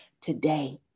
today